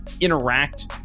interact